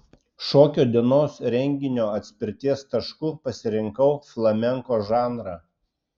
šokio dienos renginio atspirties tašku pasirinkau flamenko žanrą